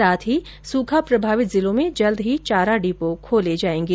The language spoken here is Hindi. साथ ही सूखा प्रभावित जिलों में जल्द ही चारा डिपो खोले जाएंगे